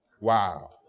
Wow